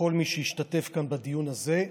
ולכל מי שהשתתף כאן בדיון הזה.